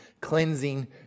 cleansing